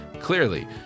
Clearly